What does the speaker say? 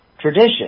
tradition